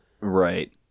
Right